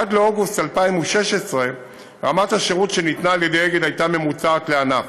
עד לאוגוסט 2016 רמת השירות שניתנה על-ידי "אגד" הייתה ממוצעת לענף.